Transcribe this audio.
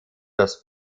das